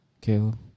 Caleb